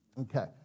Okay